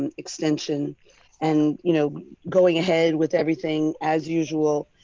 and extension and you know going ahead with everything as usual.